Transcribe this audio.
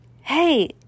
Hey